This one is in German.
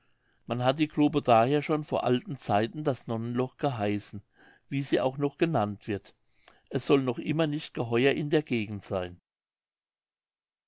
man hat die grube daher schon vor alten zeiten das nonnenloch geheißen wie sie auch noch genannt wird es soll noch immer nicht geheuer in der gegend seyn